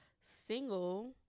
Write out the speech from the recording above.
single